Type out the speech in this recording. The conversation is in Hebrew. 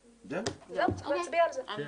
צריך להצביע על זה.